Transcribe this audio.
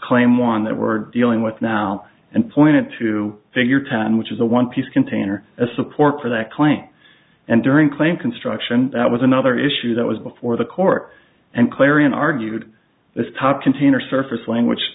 claim one that we're dealing with now and pointed to figure time which is a one piece container as support for that claim and during claim construction that was another issue that was before the court and clarion argued this top container surf